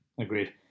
agreed